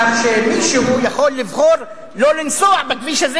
כך שמישהו יכול לבחור שלא לנסוע בכביש הזה.